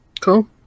Cool